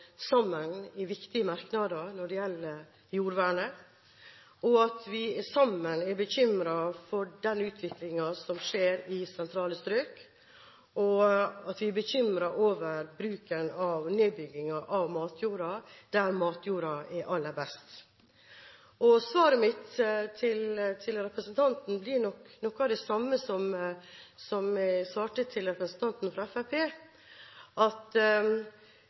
sammen i viktige merknader når det gjelder jordvernet: Vi er sammen bekymret for den utviklingen som skjer i sentrale strøk, og vi er bekymret over nedbyggingen av matjord der matjorda er aller best. Svaret mitt til representanten blir nok noe av det samme som jeg svarte til representanten fra